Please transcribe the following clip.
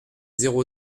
zéro